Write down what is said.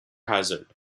hazard